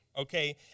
okay